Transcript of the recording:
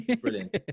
Brilliant